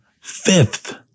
Fifth